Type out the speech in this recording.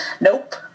nope